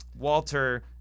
Walter